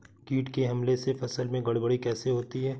कीट के हमले से फसल में गड़बड़ी कैसे होती है?